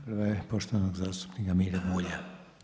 Prva je poštovanog zastupnika Mire Bulja.